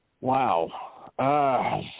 Wow